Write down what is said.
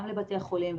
גם לבתי החולים,